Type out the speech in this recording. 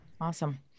Awesome